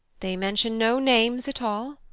they mention no names at all.